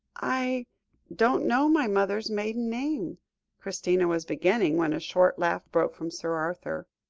i don't know my mother's maiden name christina was beginning, when a short laugh broke from sir arthur.